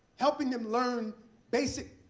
helping them learn basic